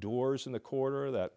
doors in the quarter that